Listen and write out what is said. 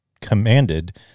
commanded